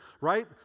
right